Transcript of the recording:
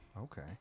Okay